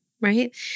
right